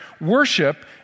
Worship